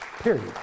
Period